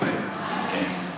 (הוראות מיוחדות) (תיקון),